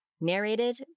Narrated